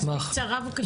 אז בקצרה, בבקשה.